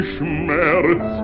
Schmerz